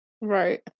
Right